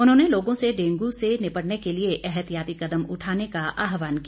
उन्होंने लोगों से डेंगू से निपटने के लिए एहतियाती कदम उठाने का आहवान किया